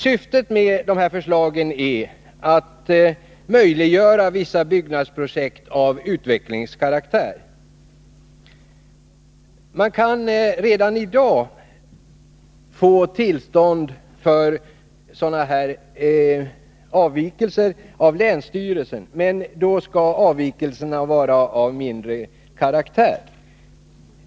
Syftet med detta förslag är att möjliggöra vissa byggnadsprojekt av utvecklingskaraktär. Man kan redan i dag få tillstånd för sådana här avvikelser av länsstyrelsen, men då skall avvikelserna vara av mindre omfattning.